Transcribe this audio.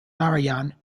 narayan